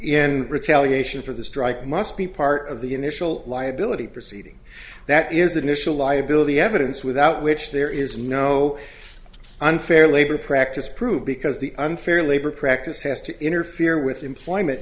in retaliation for the strike must be part of the initial liability proceeding that is initial liability evidence without which there is no unfair labor practice proved because the unfair labor practice has to interfere with employment